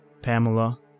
Pamela